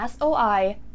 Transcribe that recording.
soi